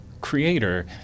creator